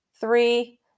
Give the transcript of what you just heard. Three